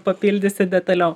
papildysiu detaliau